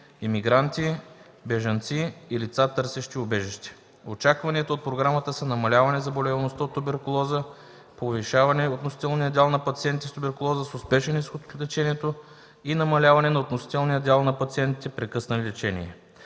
имигранти; бежанци и лица, търсещи убежище. Очакванията от програмата са намаляване заболеваемостта от туберкулоза, повишаване относителния дял на пациентите с туберкулоза с успешен изход от лечението и намаляване на относителния дял на пациентите, прекъснали лечение.